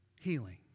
healing